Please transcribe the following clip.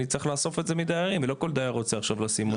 אני צריך לאסוף מהדיירים ולא כל דייר רוצה לשים עוד עשרים שקל.